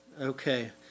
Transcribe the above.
Okay